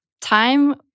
time